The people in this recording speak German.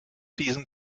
diesem